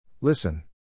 Listen